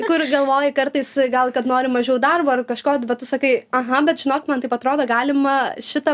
kur galvoji kartais gal kad nori mažiau darbo ar kažko bet tu sakai aha bet žinok man taip atrodo galima šitą